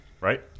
right